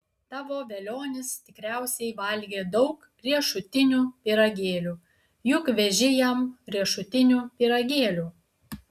tavo velionis tikriausiai valgė daug riešutinių pyragėlių juk veži jam riešutinių pyragėlių